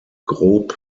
grob